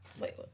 wait